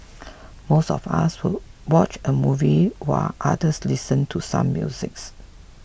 most of us would watch a movie while others listen to some musics